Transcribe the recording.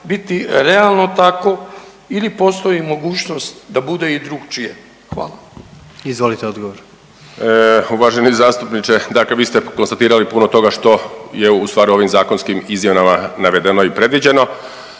biti realno tako ili postoji mogućnost da bude i drukčije? Hvala. **Jandroković, Gordan (HDZ)** Izvolite odgovor. **Martinović, Juro** Uvaženi zastupniče, dakle vi ste konstatirali puno toga što je u stvari ovim zakonskim izmjenama navedeno i predviđeno.